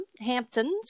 Hamptons